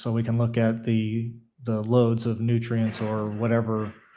so we can look at the the loads of nutrients or whatever